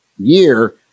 year